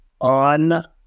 on